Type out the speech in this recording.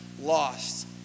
lost